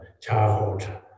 childhood